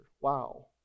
Wow